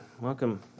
welcome